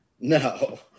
No